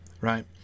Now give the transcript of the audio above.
right